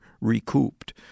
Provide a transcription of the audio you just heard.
recouped